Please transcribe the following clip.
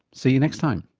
see you next time